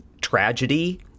tragedy